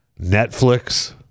Netflix